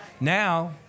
Now